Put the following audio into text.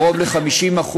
קרוב ל-50%,